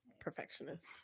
perfectionist